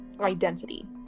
identity